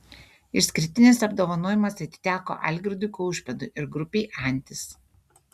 išskirtinis apdovanojimas atiteko algirdui kaušpėdui ir grupei antis